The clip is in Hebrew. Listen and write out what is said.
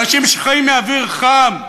אנשים שחיים מאוויר חם,